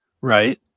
right